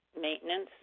maintenance